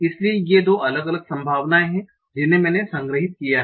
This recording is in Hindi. इसलिए ये दो अलग अलग संभावनाएं हैं जिन्हें मैंने संग्रहीत किया है